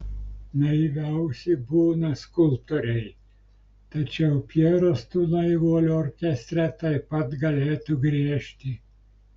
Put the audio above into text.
naiviausi būna skulptoriai tačiau pjeras tų naivuolių orkestre taip pat galėtų griežti